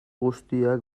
guztiak